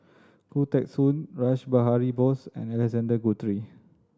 Khoo Teng Soon Rash Behari Bose and Alexander Guthrie